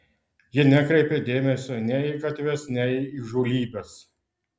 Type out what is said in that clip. ji nekreipė dėmesio nei į gatves nei į įžūlybes